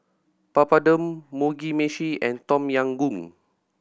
Papadum Mugi Meshi and Tom Yam Goong